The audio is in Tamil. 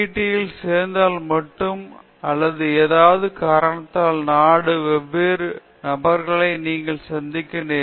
யில் சேர்ந்ததால் மட்டும் அல்ல ஏதோவொரு காரணத்தால் நாட்டிலுள்ள பல்வேறு நபர்களை நீங்கள் சந்திக்க நேரிடும்